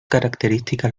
característica